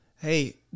Hey